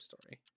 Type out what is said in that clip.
Story